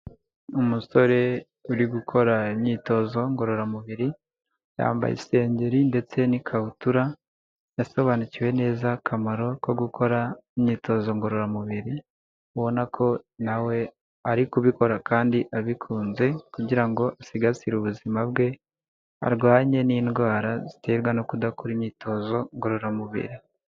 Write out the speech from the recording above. Umusore uri gukora imyitozo ngororamubiri, yambaye isengeri ndetse n'ikabutura, yasobanukiwe neza akamaro ko gukora imyitozo ngororamubiri, ubona ko na we ari kubikora kandi abikunze kugira ngo asigasire ubuzima bwe, arwanye n'indwara ziterwa no kudakora imyitozo ngororamubiri.